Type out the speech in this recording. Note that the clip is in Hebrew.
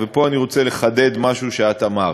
ופה אני רוצה לחדד משהו שאת אמרת: